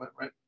right